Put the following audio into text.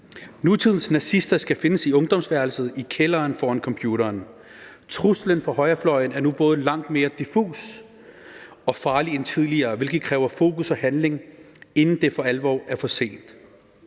Nutidens nazister skal findes i ungdomsværelset, i kælderen foran computeren. Truslen fra højrefløjen er nu både langt mere diffus og farlig end tidligere, hvilket kræver fokus og handling, inden det for alvor er for sent.